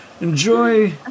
enjoy